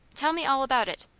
tell me all about it.